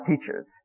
teachers